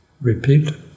repeat